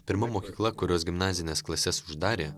pirma mokykla kurios gimnazines klases uždarė